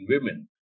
women